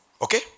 Okay